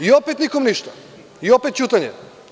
I, opet nikom ništa i opet ćutanje.